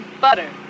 butter